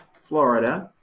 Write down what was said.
florida.